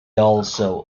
also